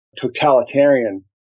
totalitarian